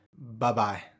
Bye-bye